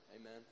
amen